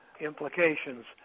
implications